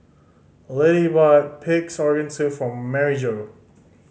Littie bought Pig's Organ Soup for Maryjo